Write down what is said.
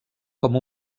com